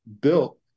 built